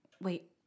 Wait